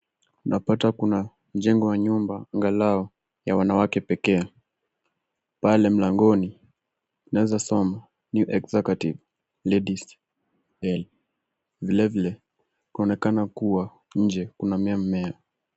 Tunapata kuna jengo ya nyumba , angalau ya wanawake pekee. Pale mlangoni tunaweza soma New Executive Ladies Hostel . Vilevile, kunaonekana kuwa nje, kunamea mmea.